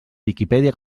viquipèdia